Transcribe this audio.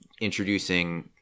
introducing